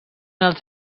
els